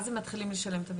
אז הם מתחילים לשלם את המקדמות.